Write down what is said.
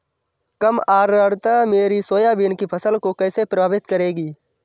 कम आर्द्रता मेरी सोयाबीन की फसल को कैसे प्रभावित करेगी?